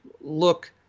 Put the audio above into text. look